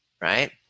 Right